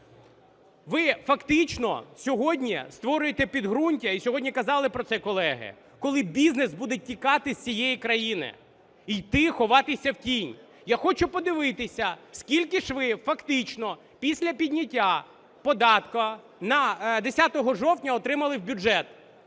Ви фактично сьогодні створюєте підґрунтя, і сьогодні казали про це колеги, коли бізнес буде тікати з цієї країни і йти ховатися в тінь. Я хочу подивитися, скільки ж ви фактично після підняття податку 10 жовтня отримали в бюджет